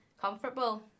comfortable